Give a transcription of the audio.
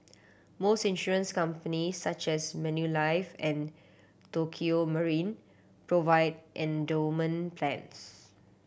most insurance companies such as Manulife and Tokio Marine provide endowment plans